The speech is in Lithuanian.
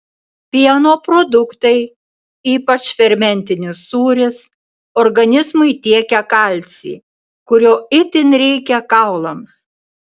pieno produktai ypač fermentinis sūris organizmui tiekia kalcį kurio itin reikia kaulams